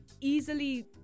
easily